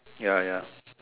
ya ya